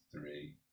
three